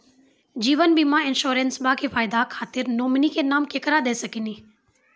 जीवन बीमा इंश्योरेंसबा के फायदा खातिर नोमिनी के नाम केकरा दे सकिनी?